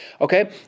Okay